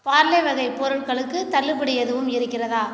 பார்லே வகை பொருள்களுக்கு தள்ளுபடி எதுவும் இருக்கிறதா